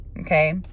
okay